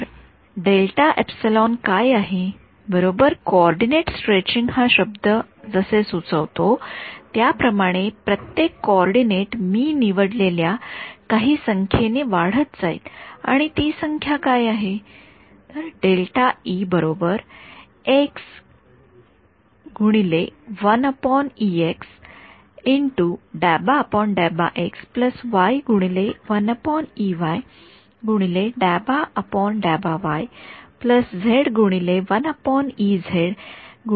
तर काय आहे बरोबर कोऑर्डिनेट स्ट्रेचिंग हा शब्द जसे सुचवतो त्याप्रमाणे प्रत्येक कोऑर्डिनेट मी निवडलेल्या काही संख्येने वाढत जाईल आणि ती संख्या काय आहे